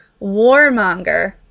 warmonger